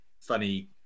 funny